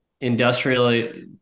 industrially